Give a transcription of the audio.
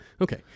Okay